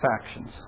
factions